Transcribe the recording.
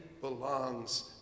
belongs